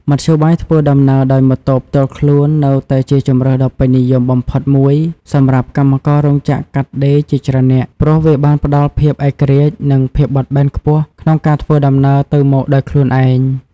មធ្យោបាយធ្វើដំណើរដោយម៉ូតូផ្ទាល់ខ្លួននៅតែជាជម្រើសដ៏ពេញនិយមបំផុតមួយសម្រាប់កម្មកររោងចក្រកាត់ដេរជាច្រើននាក់ ព្រោះវាបានផ្តល់ភាពឯករាជ្យនិងភាពបត់បែនខ្ពស់ក្នុងការធ្វើដំណើរទៅមកដោយខ្លួនឯង។